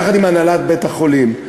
יחד עם הנהלת בית-החולים,